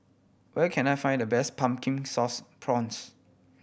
where can I find the best Pumpkin Sauce Prawns